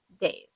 days